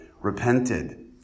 repented